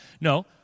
No